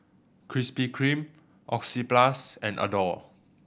Krispy Kreme Oxyplus and Adore